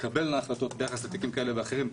תתקבלנה החלטות ביחס לתיקים כאלה ואחרים,